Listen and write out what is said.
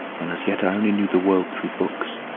when as yet i only knew the world through books,